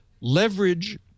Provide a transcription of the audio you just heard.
leverage